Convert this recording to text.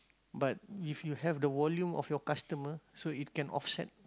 but if you have the volume of your customer so it can offset